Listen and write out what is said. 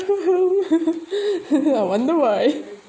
I wonder why